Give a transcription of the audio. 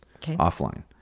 offline